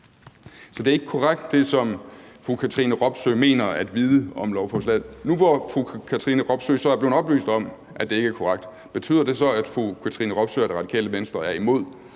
Så det, som fru Katrine Robsøe mener at vide om lovforslaget, er ikke korrekt. Nu, hvor fru Katrine Robsøe så er blevet oplyst om, at det ikke er korrekt, betyder det så, at fru Katrine Robsøe og Radikale Venstre er imod